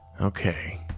Okay